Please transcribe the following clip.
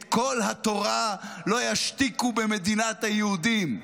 את קול התורה לא ישתיקו במדינת היהודים,